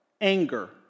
anger